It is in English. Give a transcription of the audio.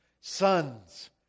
Sons